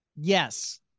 yes